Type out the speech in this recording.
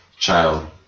child